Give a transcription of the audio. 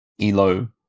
elo